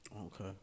Okay